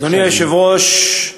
אדוני היושב-ראש,